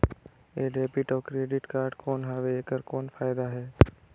ये डेबिट अउ credit card कौन हवे एकर कौन फाइदा हे?